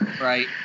Right